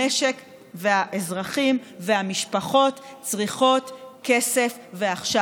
המשק והאזרחים והמשפחות צריכים כסף, ועכשיו.